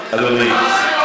אדוני,